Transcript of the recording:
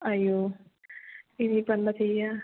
അയ്യോ ഇനി ഇപ്പോൾ എന്താ ചെയ്യാ